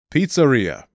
Pizzeria